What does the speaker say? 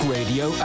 Radio